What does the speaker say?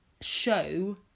show